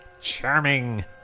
Charming